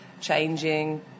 changing